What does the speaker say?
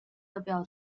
列表